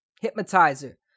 Hypnotizer